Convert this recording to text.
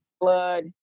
blood